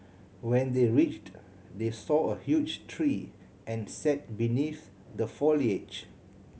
when they reached they saw a huge tree and sat beneath the foliage